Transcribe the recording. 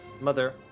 mother